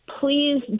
Please